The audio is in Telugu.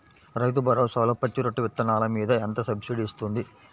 రైతు భరోసాలో పచ్చి రొట్టె విత్తనాలు మీద ఎంత సబ్సిడీ ఇస్తుంది?